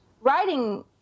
writing